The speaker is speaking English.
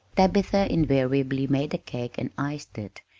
tabitha invariably made the cake and iced it,